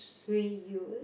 reuse